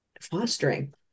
fostering